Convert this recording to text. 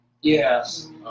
Yes